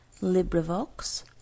LibriVox